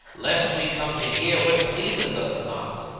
lest we come to hear what pleaseth us not.